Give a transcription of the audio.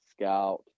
scout